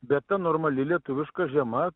bet ta normali lietuviška žiema